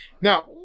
Now